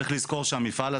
צריך לזכור שהמפעל הזה,